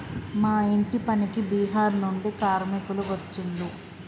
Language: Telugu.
మా ఇంటి పనికి బీహార్ నుండి కార్మికులు వచ్చిన్లు